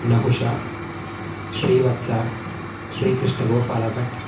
नहुषः श्रीवत्सः श्रीकृष्णगोपालभट्टः